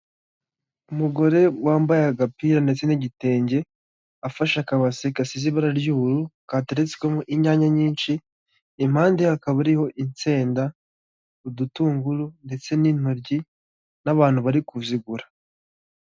Umugore wambaye agapira ndetse n'igitenge afashe akabase gasize ibara ry'ubururu gateretsemo inyanya nyinshi impande hakaba hariho insenda, udutunguru ndetse n'intoryi n'abantu bari kuzigura.